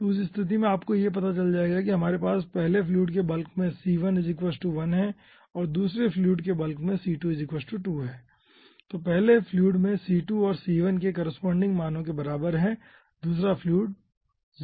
तो उस स्थिति में आपको पता चल जाएगा कि हमारे पास पहले फ्लूइड के बल्क में c1 1 है और दूसरे फ्लूइड के बल्क में c2 1 है और पहले फ्लूइड में c2 और c1 के करेस्पोंडिंग मानो के बराबर है और दूसरा फ्लूइड 0 बन जाएगा